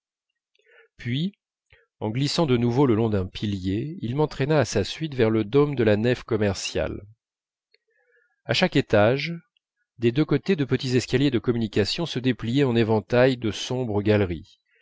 puis en glissant de nouveau le long d'un pilier il m'entraîna à sa suite vers le dôme de la nef commerciale à chaque étage des deux côtés de petits escaliers de communication se dépliaient en éventail de sombres galeries